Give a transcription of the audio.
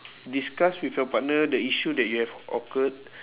discuss with your partner the issue that you have occurred